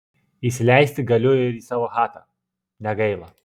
įsileisti galiu ir į savo chatą negaila